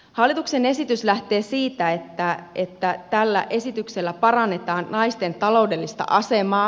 hallituksen esitys lähtee siitä että tällä esityksellä parannetaan naisten taloudellista asemaa